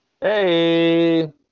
Hey